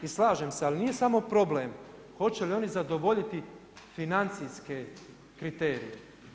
I slažem se, ali nije samo problem hoće li oni zadovoljiti financijske kriterije.